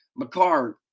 McCarr